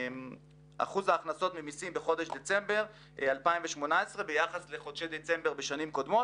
אחוז ההכנסות ממסים בחודש דצמבר 2018 ביחס לחודשי דצמבר בשנים קודמים,